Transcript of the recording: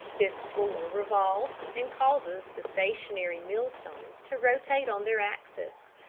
this floor revolves and causes the stationary mill-stones to rotate on their axes,